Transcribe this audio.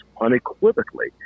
unequivocally